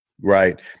Right